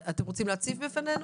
אתם רוצים להציג בפנינו?